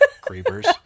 Creepers